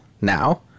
Now